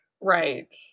Right